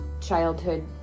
childhood